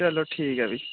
चलो ठीक ऐ फ्ही